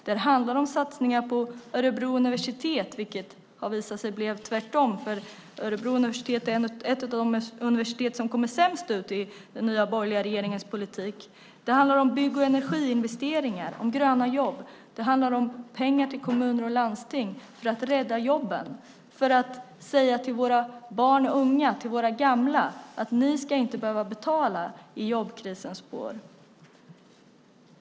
Det handlar om satsningar på Örebro universitet, vilket har visat sig bli tvärtom. Örebro universitet är ett av de universitet som kommer sämst ut i den nya borgerliga regeringens politik. Det handlar om bygg och energiinvesteringar, om gröna jobb. Det handlar om pengar till kommuner och landsting för att rädda jobben, för att säga till våra barn och unga, till våra gamla att de inte ska behöva betala i jobbkrisens spår.